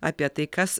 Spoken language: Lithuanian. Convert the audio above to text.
apie tai kas